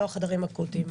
לא החדרים האקוטיים.